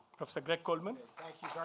professor greg coleman. thank